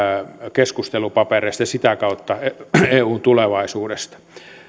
keskustelupapereista ja sitä kautta eun tulevaisuudesta